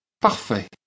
Parfait